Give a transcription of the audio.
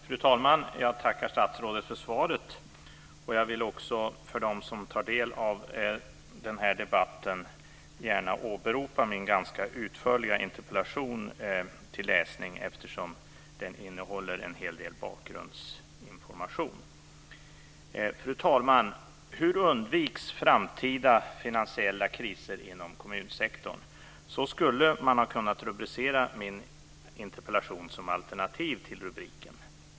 Fru talman! Jag tackar statsrådet för svaret. Jag vill för dem som tar del av debatten gärna åberopa min ganska utförliga interpellation till läsning eftersom den innehåller en hel del bakgrundsinformation. Fru talman! Hur undviks framtida finansiella kriser inom kommunsektorn? Så skulle man ha kunnat rubricera min interpellation som alternativ till den givna rubriken.